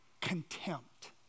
contempt